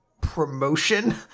promotion